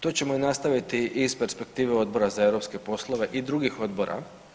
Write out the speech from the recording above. To ćemo nastaviti i iz perspektive Odbora za europske poslove i drugih odbora.